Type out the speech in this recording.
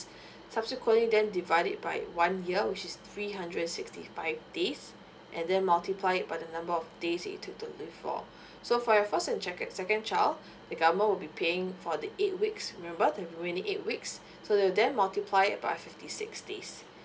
subsequently then divide it by one year which is three hundred and sixty five days and then multiply it by the number of days that you took the leave for so for your first and second child the government will be paying for the eight weeks remember the twenty eight weeks so the then multiply it by fifty six days